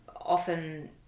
often